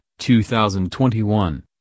2021